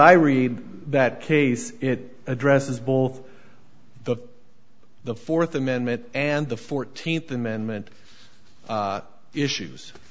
i read that case it addresses both the the fourth amendment and the fourteenth amendment issues